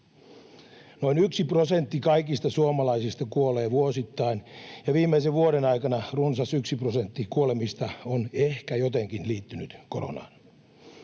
Noin yksi prosentti kaikista suomalaisista kuolee vuosittain, ja viimeisen vuoden aikana runsas yksi prosentti kuolemista on ehkä jotenkin liittynyt koronaan.